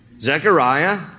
Zechariah